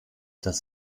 das